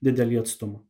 didelį atstumą